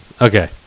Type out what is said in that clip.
Okay